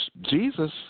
Jesus